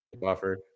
buffer